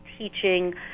teaching